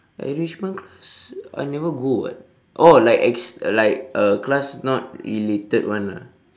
enrichment class I never go [what] oh like ex~ like uh class not related [one] ah